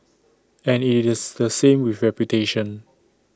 and IT is the same with reputation